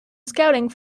scouting